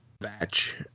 batch